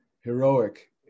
heroic